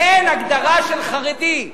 אין הגדרה של חרדי,